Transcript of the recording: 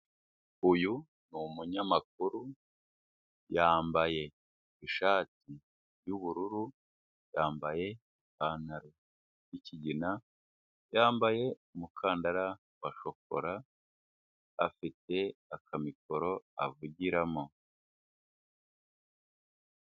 Uyu ni umunyamakuru, yambaye ishati y'ubururu, yambaye ipantaro y'ikigina, yambaye umukandara wa shokora, afite akamikoro avugiramo.